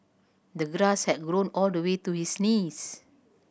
the grass had grown all the way to his knees